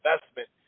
investment